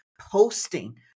posting